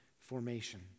formation